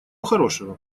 хорошего